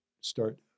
start